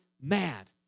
mad